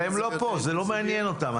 אבל הם לא פה זה לא מעניין אותם.